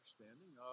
understanding